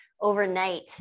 Overnight